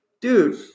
dude